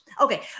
Okay